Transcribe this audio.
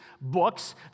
books